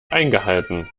eingehalten